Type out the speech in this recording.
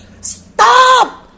Stop